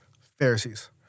Pharisees